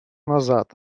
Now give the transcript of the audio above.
назад